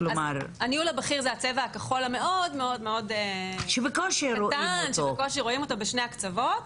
הניהול הבכיר זה הצבע הכחול המאוד קטן שבקושי רואים אותו בשני הקצוות.